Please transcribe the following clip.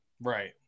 Right